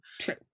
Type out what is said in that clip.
True